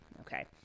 Okay